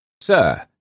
Sir